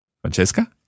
Francesca